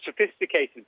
sophisticated